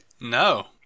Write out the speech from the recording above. No